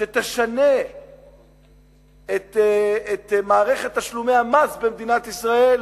שתשנה את מערכת תשלומי המס במדינת ישראל,